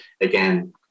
again